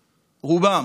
רובם.